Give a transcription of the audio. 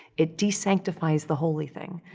it de-sanctifies the holy thing.